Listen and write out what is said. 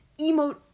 Emote